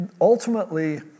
ultimately